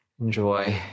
Enjoy